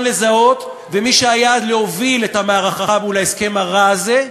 לזהות ומי שהוביל את המערכה מול ההסכם הרע הזה.